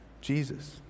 Jesus